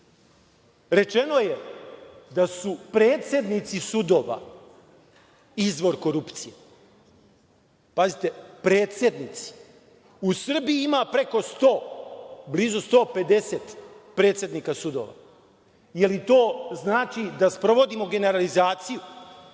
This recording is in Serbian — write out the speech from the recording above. ovde. Rečeno je da su predsednici sudova izvor korupcije. Pazite – predsednici. U Srbiji ima preko 100, blizu 150, predsednika sudova. Je li to znači da sprovodimo generalizaciju